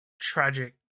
tragic